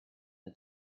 the